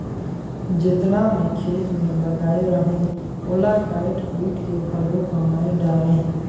जेतना मैं खेत मे लगाए रहें ओला कायट कुइट के घलो कमाय डारें